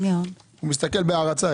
הוא מסתכל עליך בהערצה.